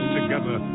together